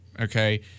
Okay